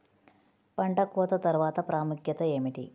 పంట కోత తర్వాత ప్రాముఖ్యత ఏమిటీ?